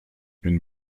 une